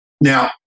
Now